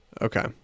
Okay